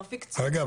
רפיק צודק --- רגע,